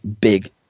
big